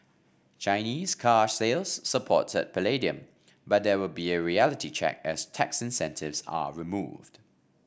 Chinese car sales supported palladium but there will a reality check as tax incentives are removed